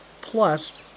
plus